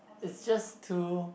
it just to